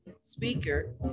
speaker